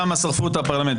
שם שרפו את הפרלמנט.